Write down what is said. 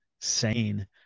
sane